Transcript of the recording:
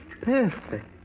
perfect